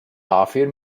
dafür